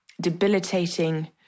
debilitating